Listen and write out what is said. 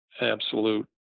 absolute